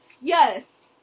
Yes